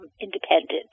independent